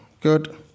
Good